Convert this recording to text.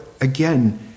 again